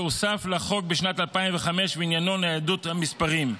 שהוסף לחוק בשנת 2005, ועניינו ניידות מספרים,